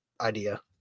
idea